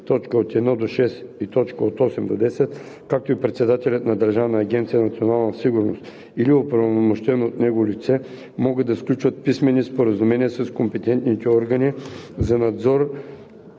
4, т. 1 – 6 и т. 8 – 10, както и председателят на Държавна агенция „Национална сигурност” или оправомощено от него лице могат да сключват писмени споразумения с компетентните органи за надзор